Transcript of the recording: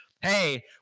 Hey